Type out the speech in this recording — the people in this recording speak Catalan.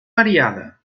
variada